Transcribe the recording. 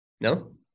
No